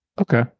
Okay